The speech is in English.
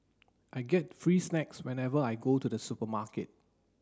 I get free snacks whenever I go to the supermarket